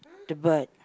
the bird